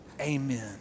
amen